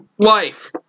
Life